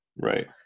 right